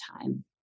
time